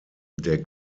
der